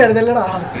the village